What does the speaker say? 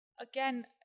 again